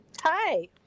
Hi